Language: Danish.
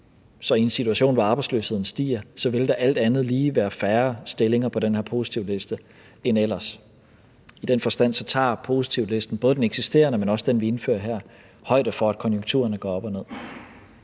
Så i en situation, hvor arbejdsløsheden stiger, vil der alt andet lige være færre stillinger på den her positivliste end ellers. I den forstand tager positivlisten – både den eksisterende, men også den, vi indfører her – højde for, at konjunkturerne går op og ned.